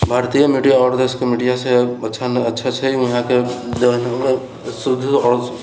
भारतीय मीडिआ आओर देशके मीडिआ से अच्छा नहि अच्छा छै वहाँके शुद्ध आओर